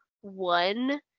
one